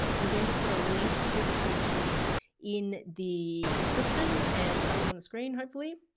i'm going to put a link to the cheat sheets in the description and somewhere on the screen, hopefully.